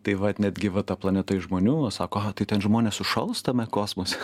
tai vat netgi va ta planeta iš žmonių nu sako a tai ten žmonės sušals tame kosmose